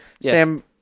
Sam